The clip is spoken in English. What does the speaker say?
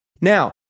Now